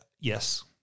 yes